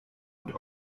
und